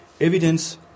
evidence